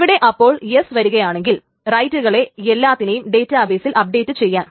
ഇവിടെ അപ്പോൾ എസ് വരികയാണെങ്കിൽ റൈറ്റുകളെ എല്ലാത്തിനെയും ഡേറ്റാബേസിൽ അപ്ഡേറ്റ് ചെയ്യും